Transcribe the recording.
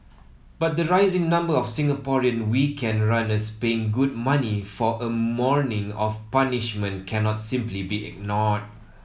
but the rising number of Singaporean weekend runners paying good money for a morning of punishment cannot simply be ignored